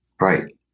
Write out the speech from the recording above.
Right